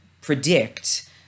predict